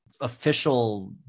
official